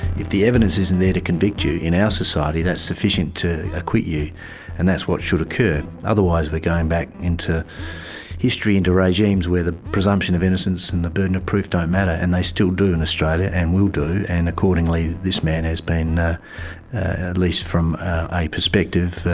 if the evidence isn't there to convict you, in our society that's sufficient to acquit you and that's what should occur. otherwise we're going back into history, into regimes where the presumption of innocence and the burden of proof don't matter and they still do in australia and will do and accordingly this man has been, ah at least from a perspective,